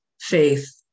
faith